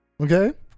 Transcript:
Okay